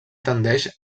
tendeix